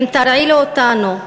אם תרעילו אותנו,